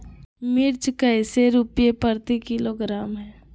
मिर्च कैसे रुपए प्रति किलोग्राम है?